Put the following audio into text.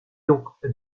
donc